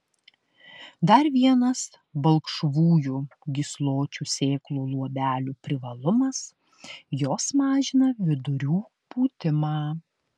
dar vienas balkšvųjų gysločių sėklų luobelių privalumas jos mažina vidurių pūtimą